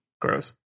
Gross